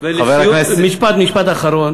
חבר הכנסת, ולסיום, משפט אחרון: